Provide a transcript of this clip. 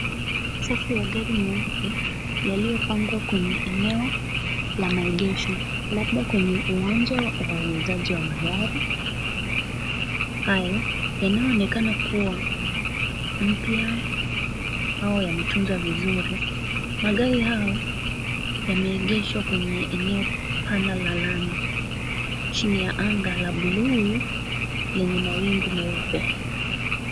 Safu ya gari meupe, yaliyopangwa kwenye eneo la maegesho. Labda kwenye uwanja wa uuzaji wa magari hayo, yanayoonekana kuwa mpya au yametunza vizuri. Magari hayo yameegeshwa kwenye eneo pana la lami, chini ya anga la buluu yenye mawingu meupe.